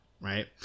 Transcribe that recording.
right